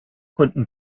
konnten